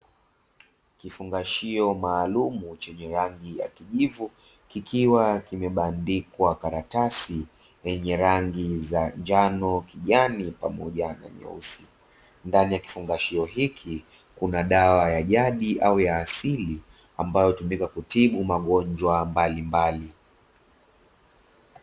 Kifungashio maalumu chenye rangi ya kijivu, kikiwa kimebandikwa karatasi yenye rangi za njano, kijani pamoja na nyeusi. Ndani ya kifungashio hiki kuna dawa ya jadi au ya asili, ambayo hutumika kutibu magonjwa mbalimbali.